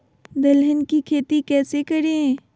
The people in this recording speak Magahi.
दलहन की खेती कैसे करें?